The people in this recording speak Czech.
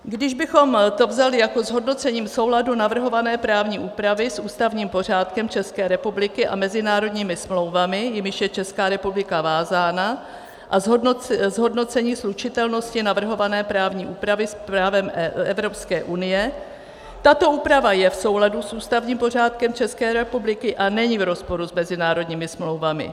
Kdybychom to vzali jako zhodnocení souladu navrhované právní úpravy s ústavním pořádkem České republiky a mezinárodními smlouvami, jimiž je Česká republika vázána, a zhodnocení slučitelnosti navrhované právní úpravy s právem Evropské unie, tato úprava je v souladu s ústavním pořádkem České republiky a není v rozporu s mezinárodními smlouvami.